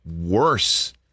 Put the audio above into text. worse